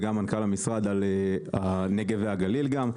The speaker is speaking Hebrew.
וגם עם מנכ"ל המשרד על הנגב והגליל גם,